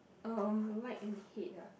um like and hate ah